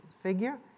figure